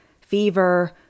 Fever